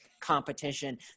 competition